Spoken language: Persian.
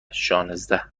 شانزده